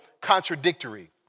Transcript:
contradictory